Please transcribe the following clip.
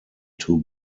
two